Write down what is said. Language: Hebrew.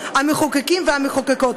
המחוקקים והמחוקקות.